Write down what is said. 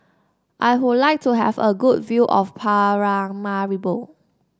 I would like to have a good view of Paramaribo